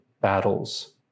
battles